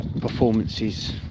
performances